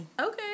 Okay